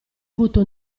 avuto